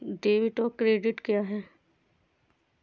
Debit और credit क्या है?